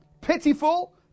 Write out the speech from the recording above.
pitiful